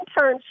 internship